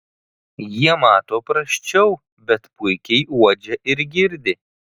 jie mato prasčiau bet puikiai uodžia ir girdi